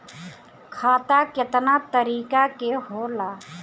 खाता केतना तरीका के होला?